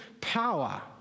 power